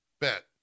bet